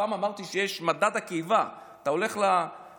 פעם אמרתי שיש את מדד הקיבה: אתה הולך לסופר,